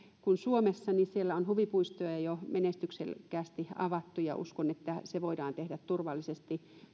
kuin suomessa on huvipuistoja jo menestyksekkäästi avattu ja uskon että se voidaan tehdä turvallisesti